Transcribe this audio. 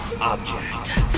object